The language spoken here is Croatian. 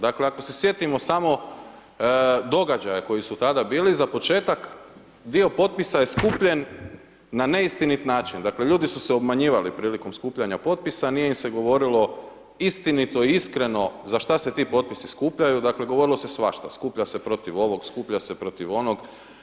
Dakle, ako se sjetimo samo događaja koji su tada bili za početak dio potpisa je skupljen na neistinit način, dakle ljudi su se obmanjivali prilikom skupljanja potpisa, nije im se govorilo istinito i iskreno za šta se ti potpisi skupljaju, dakle govorilo se svašta, skuplja se protiv ovog, skuplja se protiv onog.